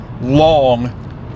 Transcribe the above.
long